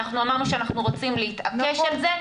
אמרנו שאנחנו רוצים להתעקש על זה.